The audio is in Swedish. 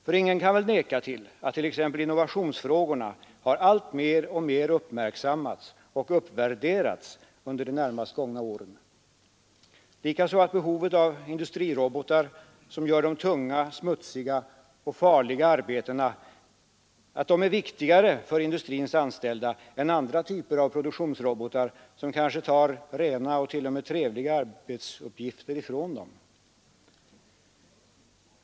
För ingen kan väl neka till att t.ex. innovationsfrågorna har uppmärksammats och uppvärderats alltmer under de senast gångna åren, och inte heller att industrirobotar som gör de tunga, smutsiga och farliga arbetena är viktigare för industrins anställda än andra typer av produktionsrobotar, som kanske tar rena och t.o.m. trevliga arbetsuppgifter ifrån dem.